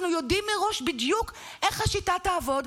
אנחנו יודעים מראש בדיוק איך השיטה תעבוד,